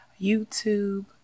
YouTube